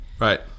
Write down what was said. Right